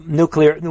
nuclear